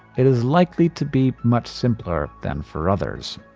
it is likely to be much simpler than for others.